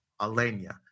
Alenia